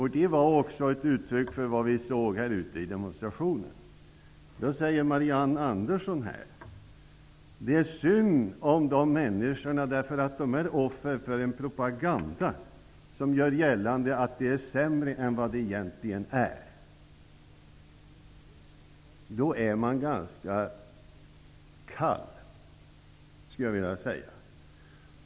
Detta uttrycker också vad vi såg i demonstrationen här utanför. Marianne Andersson säger att det är synd om dessa människor, därför att de är offer för en propaganda som gör gällande att de är sämre än vad de egentligen är.